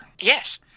Yes